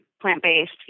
plant-based